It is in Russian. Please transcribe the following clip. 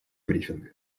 брифинг